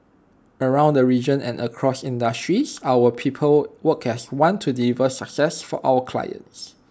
around the region and across industries our people work as one to deliver success for our clients